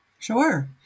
Sure